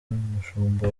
umushumba